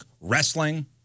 wrestling